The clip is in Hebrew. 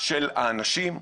של האנשים,